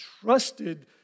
trusted